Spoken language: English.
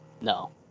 No